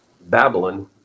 Babylon